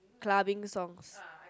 clubbing songs